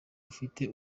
ufite